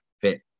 fit